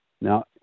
Now